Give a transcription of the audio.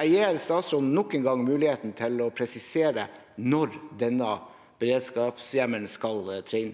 Jeg gir statsråden nok en gang muligheten til å presisere når denne beredskapshjemmelen skal tre